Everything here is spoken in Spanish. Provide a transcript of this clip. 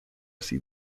así